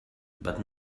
but